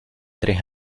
tres